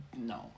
No